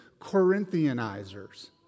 Corinthianizers